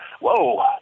whoa